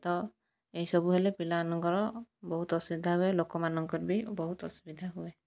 ତ ଏହିସବୁ ହେଲେ ପିଲାମାନଙ୍କର ବହୁତ ଅସୁବିଧା ହୁଏ ଲୋକମାନଙ୍କର ବି ବହୁତ ଅସୁବିଧା ହୁଏ